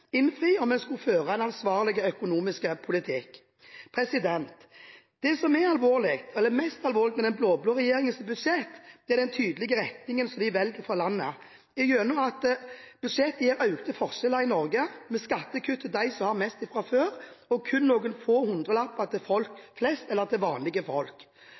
innfri, om man skulle føre en ansvarlig økonomisk politikk. Det som er det mest alvorlige med den blå-blå regjeringens budsjett, er den tydelige retningen de velger for landet: Budsjettet gir økte forskjeller i Norge, med skattekutt til dem som har mest fra før, og kun noen få hundrelapper til folk flest, eller til vanlige folk.